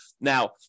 Now